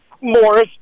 Morris